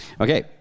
Okay